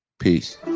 Peace